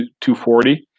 240